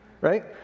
right